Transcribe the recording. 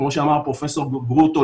כמו שאמר פרופ' גרוטו,